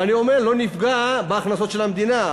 ואני אומר: לא נפגע בהכנסות של המדינה.